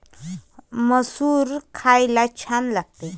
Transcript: मसूर खायला छान लागते